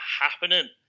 happening